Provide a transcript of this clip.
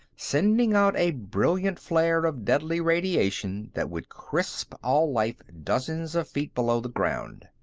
sending out a brilliant flare of deadly radiation that would crisp all life dozens of feet below the ground.